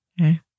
Okay